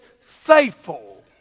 faithful